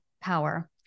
power